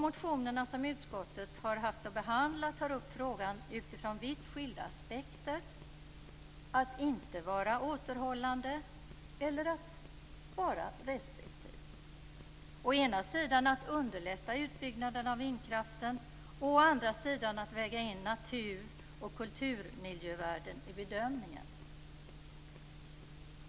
Motionerna som utskottet har haft att behandla tar upp frågan utifrån vitt skilda aspekter. Att inte vara återhållande eller att vara restriktiv. Å ena sidan att underlätta utbyggnaden av vindkraften och å andra sidan att väga in natur och kulturmiljövärden i bedömningen.